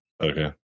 Okay